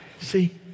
See